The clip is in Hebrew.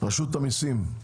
רשות המיסים,